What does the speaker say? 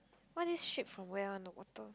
what this ship from where one the water